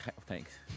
thanks